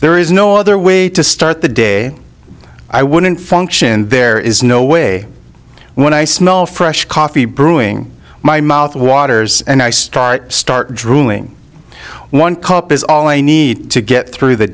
there is no other way to start the day i wouldn't function there is no way when i smell fresh coffee brewing my mouth waters and i start start drooling one cup is all i need to get through the